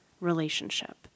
relationship